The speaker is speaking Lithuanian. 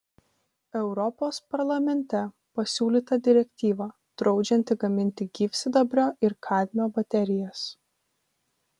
europos parlamente pasiūlyta direktyva draudžianti gaminti gyvsidabrio ir kadmio baterijas